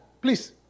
Please